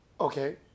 Okay